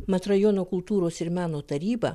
mat rajono kultūros ir meno taryba